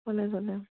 কলেজলৈ